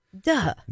Duh